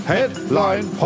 Headline